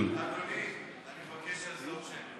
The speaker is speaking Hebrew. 70. אני מבקש על זאת שמית.